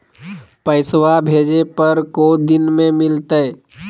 पैसवा भेजे पर को दिन मे मिलतय?